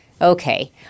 Okay